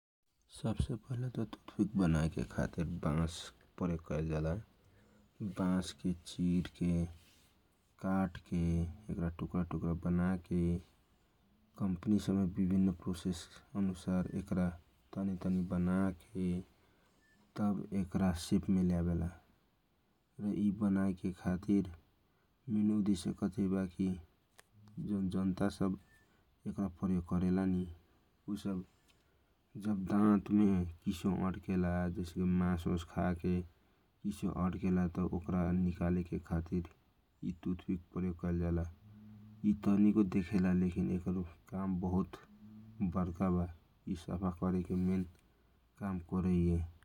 सब से पहिला तुतपिक बनाएके खातिर बास प्रयोग कमल जाला बस के चिरके काटके एकरा टुक्रा टुक्रा बनाके कम्पनी सब विभिनन प्रोसेस करके एकारा तनी तनी बनाके एकरा सेप में लयावेला यि बनाए के खातीर मुख्य उद्देशय जब दातमे किसो किसो अडकेला मास खायला केबाद ओकरा निकाले के लागी प्रयोग होवेला ।